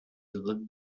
led